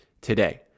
today